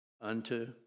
unto